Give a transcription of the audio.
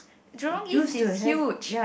Jurong-East is huge